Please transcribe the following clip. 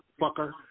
fucker